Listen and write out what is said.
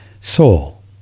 Soul